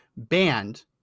banned